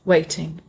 Waiting